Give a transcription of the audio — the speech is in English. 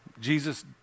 Jesus